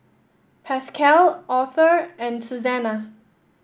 Pascal Authur and Suzanna